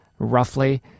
roughly